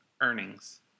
earnings